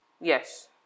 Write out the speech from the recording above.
Yes